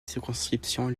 circonscription